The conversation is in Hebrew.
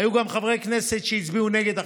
היו גם חברי כנסת שהצביעו נגד החסינות,